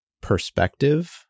perspective